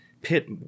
pit